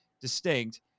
distinct